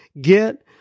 get